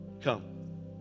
Come